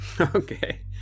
okay